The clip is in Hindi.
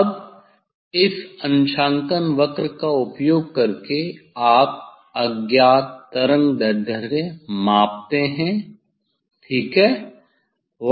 अब इस अंशांकन वक्र का उपयोग करके आप अज्ञात तरंग दैर्ध्य मापते हैं ठीक है